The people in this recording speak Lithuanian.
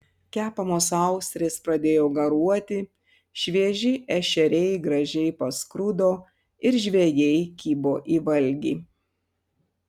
kepamos austrės pradėjo garuoti švieži ešeriai gražiai paskrudo ir žvejai kibo į valgį